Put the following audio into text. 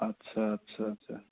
আচ্ছা আচ্ছা আচ্ছা